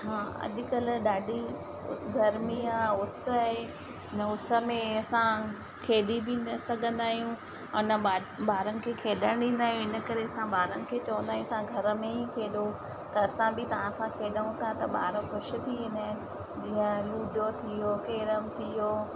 हा अॼकल्ह ॾाढी गर्मी आहे उस आहे हिन उसमें असां खेॾी बि न सघंदा आहियूं ऐं न ॿार ॿारनि खे खेॾण ॾींदा आहियूं इन करे असां ॿारनि खे चवंदा आहियूं तव्हां घर में ई खेॾो त असां बि तव्हां सां खेॾूं था त ॿार ख़ुशि थी वेंदा आहिनि जीअं लूडो थी वियो कैरम थी वियो